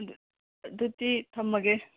ꯑꯗꯨꯗꯤ ꯊꯝꯃꯒꯦ